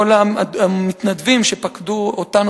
כל המתנדבים שפקדו אותנו,